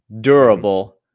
durable